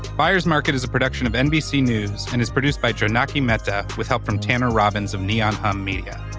byers market is a production of nbc news and is produced by jonaki mehta with help from tanner robbins of neon hum media.